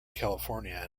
california